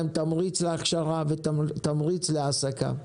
לתת להם תמריץ להכשרה ותמריץ להעסקה.